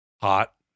Hot